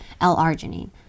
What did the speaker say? L-arginine